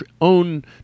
own